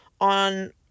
on